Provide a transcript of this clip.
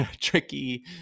tricky